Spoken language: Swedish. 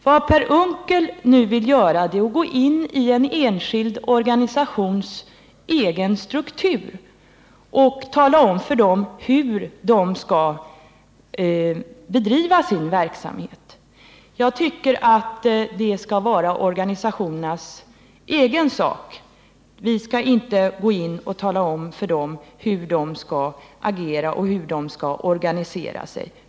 Vad Per Unckel nu vill göra är att gå in i en enskild organisations egen struktur och tala om för den organisationen hur den skall bedriva sin verksamhet. Jag tycker att det skall vara organisationernas egen sak att bestämma det; vi skall inte tala om för dem hur de skall agera eller hur de skall organisera sig.